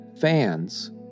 fans